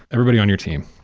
everybody on your team,